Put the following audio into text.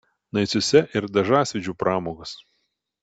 naisiuose ir dažasvydžio pramogos